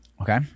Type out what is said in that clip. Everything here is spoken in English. Okay